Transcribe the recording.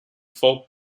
folk